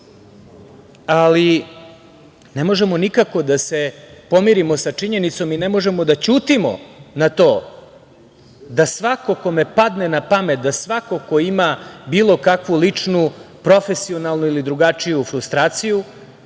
ali ne možemo nikako da se pomirimo sa činjenicom i ne možemo da ćutimo na to da svako kome padne na pamet, da svako ko ima bilo kakvu ličnu, profesionalnu ili drugačiju frustraciju